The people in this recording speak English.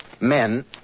men